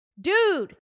dude